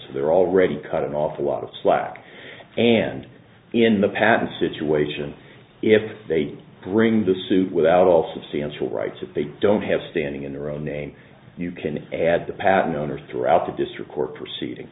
so they're already cut an awful lot of slack and in the past situation if they bring the suit without all substantial rights if they don't have standing in their own name you can add the patent owner throughout the district court proceeding